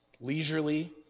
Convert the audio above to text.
Leisurely